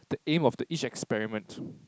the aim of each experiment